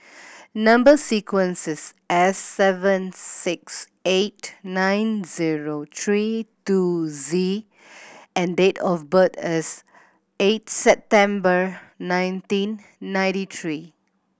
number sequence is S seven six eight nine zero three two Z and date of birth is eight September nineteen ninety three